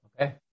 Okay